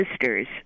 sisters